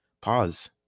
Pause